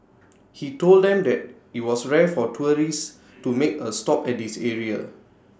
he told them that IT was rare for tourists to make A stop at this area